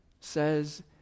says